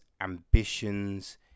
ambitions